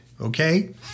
okay